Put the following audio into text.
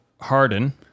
Harden